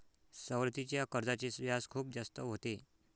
सवलतीच्या कर्जाचे व्याज खूप जास्त होते